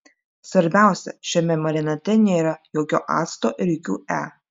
svarbiausia šiame marinate nėra jokio acto ir jokių e